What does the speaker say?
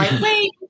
wait